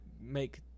make